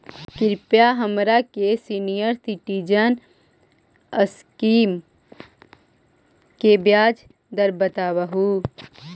कृपा हमरा के सीनियर सिटीजन स्कीम के ब्याज दर बतावहुं